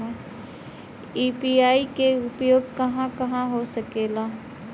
UPI के उपयोग कहवा कहवा हो सकेला?